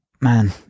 Man